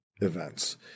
events